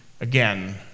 again